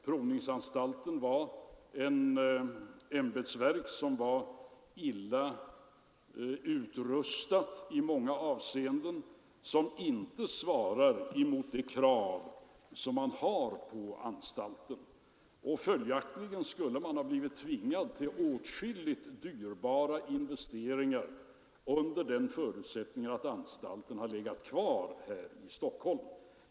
Provningsanstalten var ett ämbetsverk som var illa utrustat i många avseenden. Utrustningen svarade inte mot de krav som ställs på anstalten. Följaktligen skulle man ha blivit tvingad att göra åtskilliga dyrbara investeringar om anstalten legat kvar här i Stockholm.